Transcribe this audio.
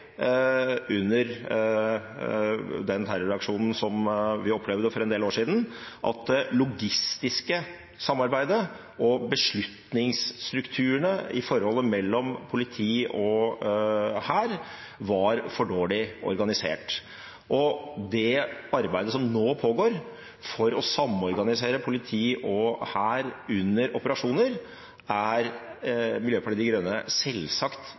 under terroraksjonen vi opplevde for en del år siden, at det logistiske samarbeidet og beslutningsstrukturene i forholdet mellom politi og hær var for dårlig organisert. Det arbeidet som nå pågår for å samorganisere politi og hær under operasjoner, er Miljøpartiet De Grønne selvsagt